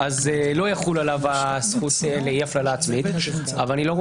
לא תחול עליו הזכות לאי הפללה עצמית אבל אני לא רואה